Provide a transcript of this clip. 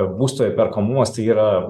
būsto įperkamumas tai yra